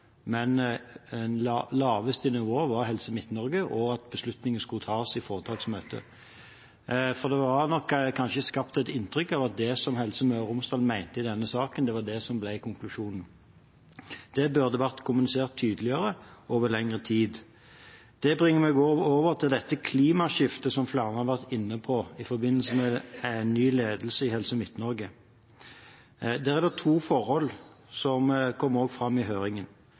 men at det laveste nivået var Helse Midt-Norge, og at beslutningen skulle tas i foretaksmøtet. For det var nok kanskje skapt et inntrykk av at det som Helse Møre og Romsdal mente i denne saken, var det som ble konklusjonen. Dette burde vært kommunisert tydeligere over lengre tid. Det bringer meg over til dette klimaskiftet, som flere har vært inne på, i forbindelse med en ny ledelse i Helse Midt-Norge. Der er det to forhold, som også kom fram i høringen,